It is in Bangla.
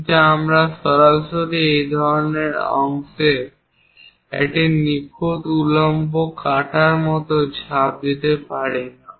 কিন্তু আমরা সরাসরি এই ধরনের অংশে একটি নিখুঁত উল্লম্ব কাটার মতো ঝাঁপ দিতে পারি না